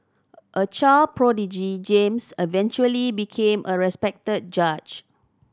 a child prodigy James eventually became a respected judge